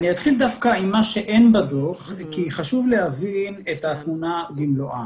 אני אתחיל דווקא עם מה שאין בדוח כי חשוב להבין את התמונה במלואה.